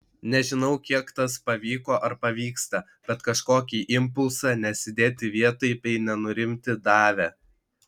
nežinau kiek tas pavyko ar pavyksta bet kažkokį impulsą nesėdėti vietoj bei nenurimti davė